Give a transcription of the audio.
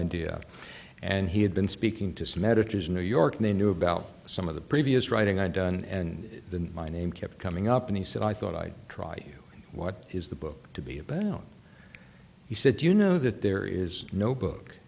idea and he had been speaking to some editors new york knew about some of the previous writing i'd done and then my name kept coming up and he said i thought i'd try what is the book to be about he said you know that there is no book